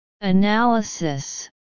Analysis